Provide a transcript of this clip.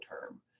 term